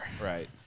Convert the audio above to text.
right